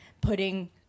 putting